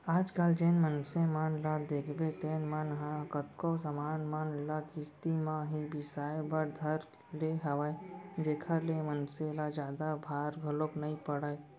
आज कल जेन मनसे मन ल देखबे तेन मन ह कतको समान मन ल किस्ती म ही बिसाय बर धर ले हवय जेखर ले मनसे ल जादा भार घलोक नइ पड़य